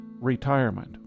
retirement